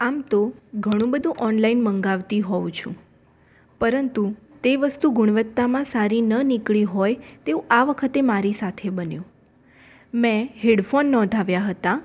આમ તો ઘણું બધું ઓનલાઈન મંગાવતી હોવ છું પરંતુ તે વસ્તુ ગુણવત્તામાં સારી ન નીકળી હોય તેવું આ વખતે મારી સાથે બન્યું મેં હેડફોન નોંધાવ્યા હતા